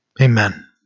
Amen